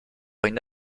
une